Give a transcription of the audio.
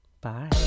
Bye